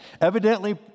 Evidently